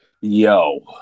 Yo